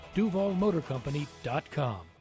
DuvalMotorCompany.com